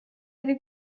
ari